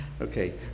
Okay